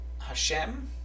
Hashem